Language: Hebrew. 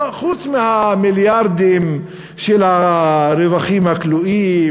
חוץ מהמיליארדים של הרווחים הכלואים.